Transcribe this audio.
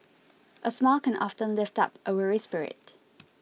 a smile can often lift up a weary spirit